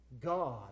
God